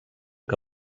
que